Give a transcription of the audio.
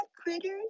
critters